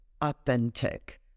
authentic